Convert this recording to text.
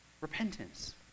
repentance